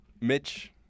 Mitch